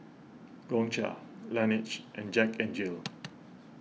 Gongcha Laneige and Jack N Jill